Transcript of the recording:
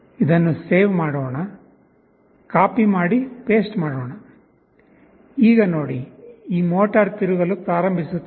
ಇದನ್ನು ಸೇವ್ ಮಾಡೋಣ ಕಾಪಿ ಮಾಡಿ ಪೇಸ್ಟ್ ಮಾಡೋಣ ಈಗ ನೋಡಿ ಈ ಮೋಟಾರ್ ತಿರುಗಲು ಪ್ರಾರಂಭಿಸುತ್ತದೆ